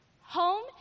Home